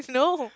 no